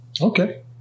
Okay